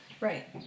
Right